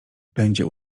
będzie